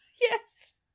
Yes